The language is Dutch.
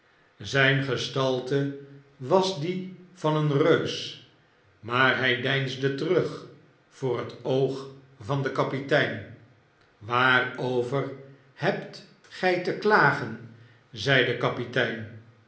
zqn gestalte was die van een reus maar hy deinsde terug voor het oog van den kapitein waarover hebt g j te klagen zeide kapitein